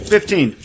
Fifteen